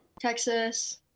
texas